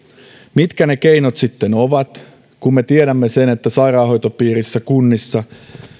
mitkä ne keinot sitten ovat kun me tiedämme sen että sairaanhoitopiireissä kunnissa